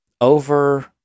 Over